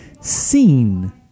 seen